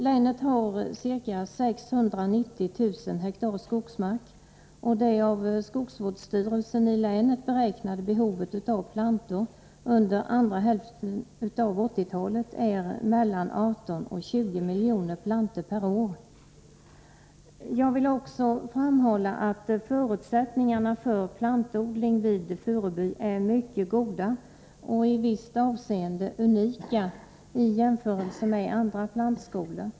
Länet har ca 690 000 hektar skogsmark, och det av skogsvårdsstyrelsen i länet beräknade behovet av plantor under andra hälften av 1980-talet är mellan 18 och 20 miljoner plantor per år. Jag vill också framhålla att förutsättningarna för plantodling vid Furuby är mycket goda och i visst avseende unika i jämförelse med andra plantskolor.